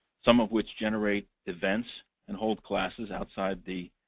some of which generate events and hold classes outside the